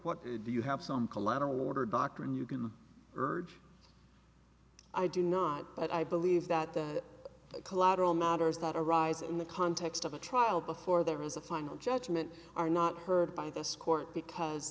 what do you have some collateral order doctrine you can urge i do not but i believe that the collateral matters that arise in the context of a trial before there is a final judgment are not heard by this court because